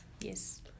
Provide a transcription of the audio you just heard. yes